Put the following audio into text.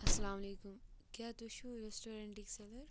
السلامُ علیکُم کیٛاہ تُہۍ چھُو رٮ۪سٹورنٛٹٕکۍ سٮ۪لَر